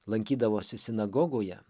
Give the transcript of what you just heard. lankydavosi sinagogoje